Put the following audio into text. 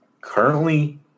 currently